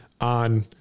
on